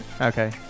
Okay